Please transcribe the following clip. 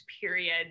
period